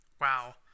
Wow